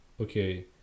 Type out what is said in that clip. okay